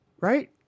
right